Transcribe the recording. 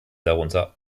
darunter